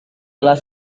telah